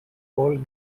old